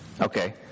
Okay